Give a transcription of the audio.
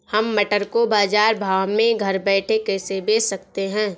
हम टमाटर को बाजार भाव में घर बैठे कैसे बेच सकते हैं?